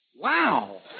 Wow